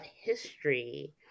history